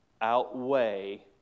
outweigh